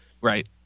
Right